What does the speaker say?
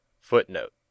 Footnote